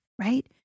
right